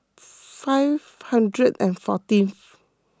five hundred and fourteenth